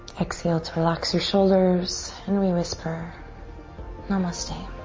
exhale to relax your shoulders and we whisper namaste.